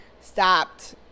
Stopped